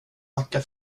tacka